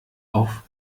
auf